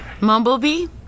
Mumblebee